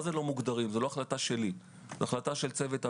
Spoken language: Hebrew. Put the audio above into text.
זה לא החלטה שלי, זה החלטה של צוות המינהל,